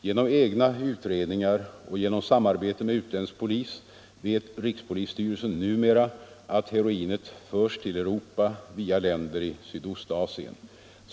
Genom egna utredningar och genom samarbete med utländsk polis vet rikspolisstyrelsen numera att heroinet förs till Europa via länder i Sydostasien.